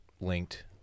linked